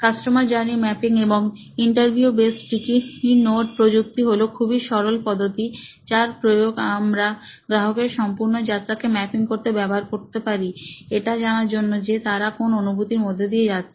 customer journey mapping এবং interview based sticky note প্রযুক্তি হলো খুবই সরল পদ্ধতি যার প্রয়োগ আমরা গ্রাহকের সম্পূর্ণ যাত্ৰা কে ম্যাপিং করতে ব্যবহার করতে পারি এটা জানার জন্য যে তারা কোন অনুভূতির মধ্য দিয়ে যাচ্ছেন